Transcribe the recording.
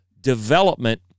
Development